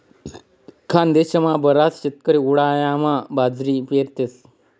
खानदेशमा बराच शेतकरी उंडायामा बाजरी पेरतस